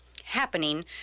happening